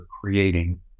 creating